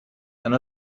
and